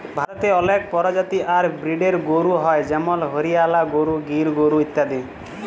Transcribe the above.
ভারতে অলেক পরজাতি আর ব্রিডের গরু হ্য় যেমল হরিয়ালা গরু, গির গরু ইত্যাদি